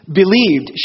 believed